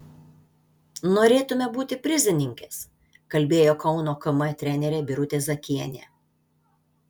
norėtumėme būti prizininkės kalbėjo kauno km trenerė birutė zakienė